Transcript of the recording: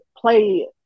play